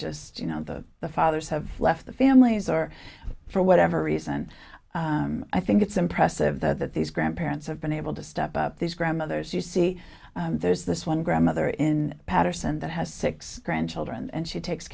just you know the fathers have left the families or for whatever reason i think it's impressive that these grandparents have been able to step up these grandmothers you see there's this one grandmother in paterson that has six grandchildren and she takes